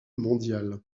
mondiale